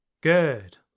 Good